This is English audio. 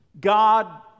God